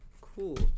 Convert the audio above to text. Cool